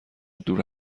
دور